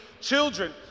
children